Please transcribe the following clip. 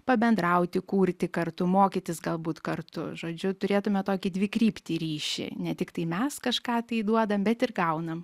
pabendrauti kurti kartu mokytis galbūt kartu žodžiu turėtume tokį dvikryptį ryšį ne tiktai mes kažką tai duodam bet ir gaunam